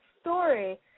story